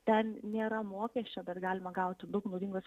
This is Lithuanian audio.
ten nėra mokesčio bet galima gauti daug naudingos